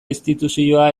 instituzioa